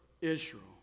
Israel